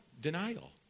denial